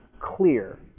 clear